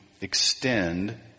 extend